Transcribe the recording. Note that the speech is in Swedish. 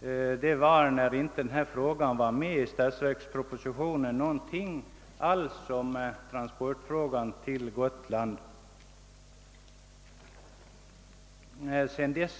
då jag såg att frågan om Gotlands trafikproblem inte alls fanns med i statsverkspropositionen.